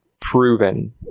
proven